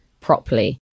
properly